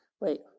wait